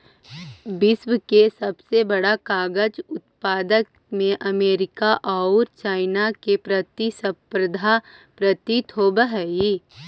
विश्व के सबसे बड़ा कागज उत्पादक में अमेरिका औउर चाइना में प्रतिस्पर्धा प्रतीत होवऽ हई